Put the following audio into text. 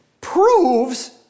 proves